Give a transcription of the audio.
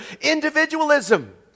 individualism